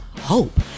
hope